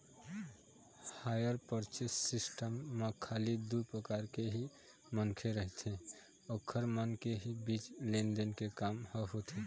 hire purchase system म खाली दू परकार के ही मनखे रहिथे ओखर मन के ही बीच लेन देन के काम ह होथे